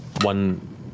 one